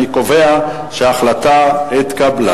אני קובע שההחלטה התקבלה.